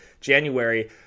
January